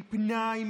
מפנאי,